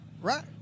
Right